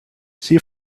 see